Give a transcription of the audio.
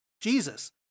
Jesus